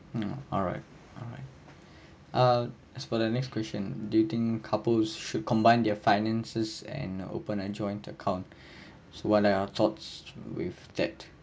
mm alright alright uh as for the next question do you think couples should combine their finances and open a joint account so what are your thoughts with that